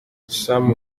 sam